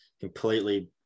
completely